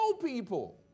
people